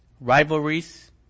rivalries